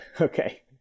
Okay